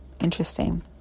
interesting